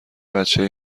بچه